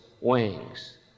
wings